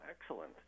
excellent